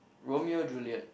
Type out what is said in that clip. Romeo Juliet